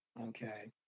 Okay